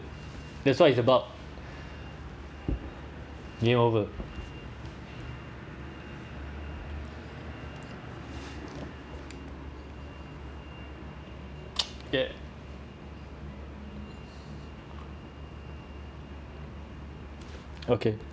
that's why it's about game over ya okay okay